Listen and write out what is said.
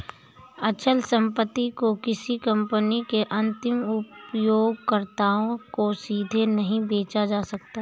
अचल संपत्ति को किसी कंपनी के अंतिम उपयोगकर्ताओं को सीधे नहीं बेचा जा सकता है